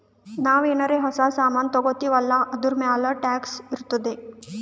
ನಾವು ಏನಾರೇ ಹೊಸ ಸಾಮಾನ್ ತಗೊತ್ತಿವ್ ಅಲ್ಲಾ ಅದೂರ್ಮ್ಯಾಲ್ ಟ್ಯಾಕ್ಸ್ ಇರ್ತುದೆ